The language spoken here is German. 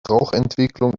rauchentwicklung